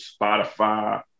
Spotify